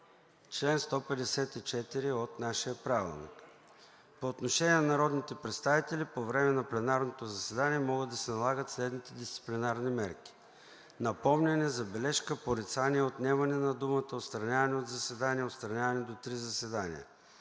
чл. 154 от нашия правилник: „Чл. 154. По отношение на народните представители по време на пленарното заседание може да се налагат следните дисциплинарни мерки: „напомняне“; „забележка“; „порицание“; „отнемане на думата“; „отстраняване от заседание“; „отстраняване до три заседания“.